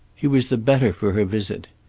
he was the better for her visit.